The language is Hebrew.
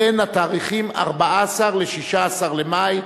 בין התאריכים 14 ו-16 במאי,